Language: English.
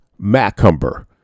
Macumber